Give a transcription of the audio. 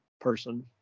person